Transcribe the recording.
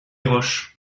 roches